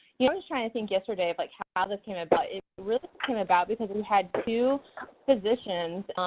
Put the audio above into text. yeah i was trying to think yesterday of like how ah this came about. it really came about because we had two physicians